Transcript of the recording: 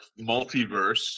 multiverse